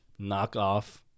knockoff